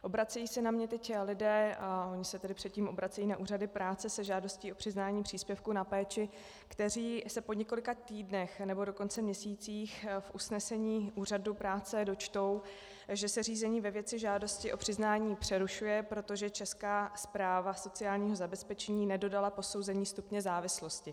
Obracejí se na mě teď lidé, a oni se tedy předtím obracejí na úřady práce se žádostí o přiznání příspěvku na péči, kteří se po několika týdnech, nebo dokonce měsících v usnesení úřadu práce dočtou, že se řízení ve věci žádosti o přiznání přerušuje, protože Česká správa sociálního zabezpečení nedodala posouzení stupně závislosti.